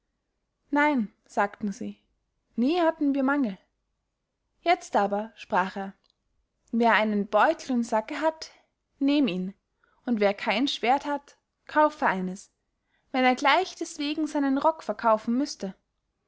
nein sagten sie nie hatten wir mangel jetzt aber sprach er wer einen beutel und sacke hat nehm ihn und wer kein schwerdt hat kaufe eines wenn er gleich deßwegen seinen rock verkaufen müßte